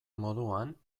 moduan